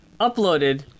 uploaded